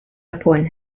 upon